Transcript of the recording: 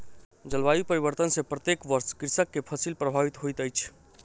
जलवायु परिवर्तन सॅ प्रत्येक वर्ष कृषक के फसिल प्रभावित होइत अछि